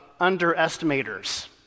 underestimators